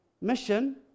mission